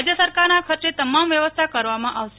રાજ્ય સરકારના ખર્ચે તમામ વ્યવસ્થા કરવામાં આવશે